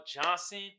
Johnson